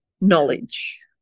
knowledge